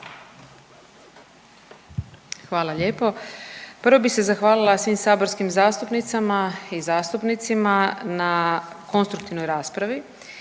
Hvala lijepo. Prvo bi se zahvalila svim saborskim zastupnicama i zastupnicima na konstruktivnoj raspravi